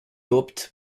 opte